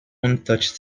untouched